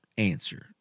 Answer